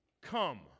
come